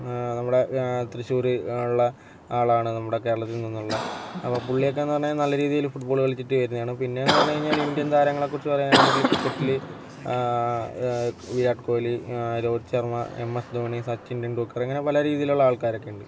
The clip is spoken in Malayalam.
നമ്മുടെ തൃശ്ശൂർ ഉള്ള ആളാണ് നമ്മുടെ കേരളത്തിൽ നിന്നുള്ള അപ്പോൾ പുള്ളിയൊക്കെന്നു പറഞ്ഞുകഴിഞ്ഞാൽ നല്ല രീതിയില് ഫുട്ബോള് കളിച്ചിട്ട് വരുന്നതാണ് പിന്നേന്നു പറഞ്ഞു കഴിഞ്ഞാല് ഇന്ത്യൻ താരങ്ങളെക്കുറിച്ച് പറയാനാണെങ്കിൽ ക്രിക്കറ്റില് വീരാട് കോഹ്ലി രോഹിത് ശർമ്മ എം എസ് ധോണി സച്ചിൻ ടെണ്ടുൽക്കർ ഇങ്ങനെ പല രീതീലുള്ള ആൾക്കാരൊക്കെയുണ്ട്